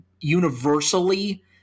universally